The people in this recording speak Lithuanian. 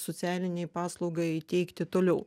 socialinei paslaugai teikti toliau